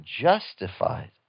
justified